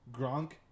Gronk